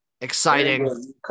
Exciting